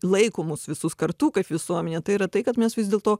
laiko mus visus kartu kaip visuomenė tai yra tai kad mes vis dėlto